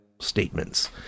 statements